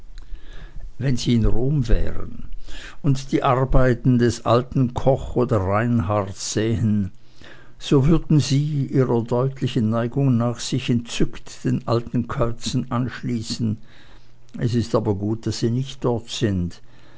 wenn sie in rom wären und die arbeiten des alten koch oder reinharts sähen so würden sie ihrer deutlichen neigung nach sich entzückt den alten käuzen anschließen es ist aber gut daß sie nicht dort sind